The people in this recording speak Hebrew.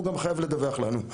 והוא גם חייב לדווח לנו.